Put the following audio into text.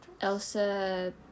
Elsa